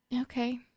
Okay